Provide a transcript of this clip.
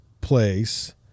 place